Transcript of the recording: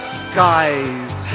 skies